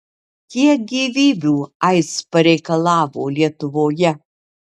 kiek gyvybių aids pareikalavo lietuvoje